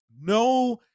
No